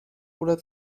oder